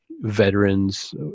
veterans